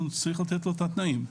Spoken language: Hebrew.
הוא צריך לתת לו את התנאים.